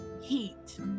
heat